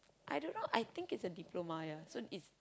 I don't know I think it's a diploma ya so it's